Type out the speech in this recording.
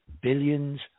billions